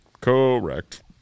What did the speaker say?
Correct